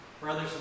Brothers